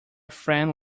friend